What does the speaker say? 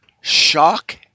shock